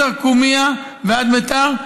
מתרקומיא ועד מיתר,